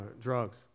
drugs